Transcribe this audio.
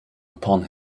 upon